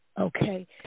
Okay